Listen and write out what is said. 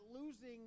losing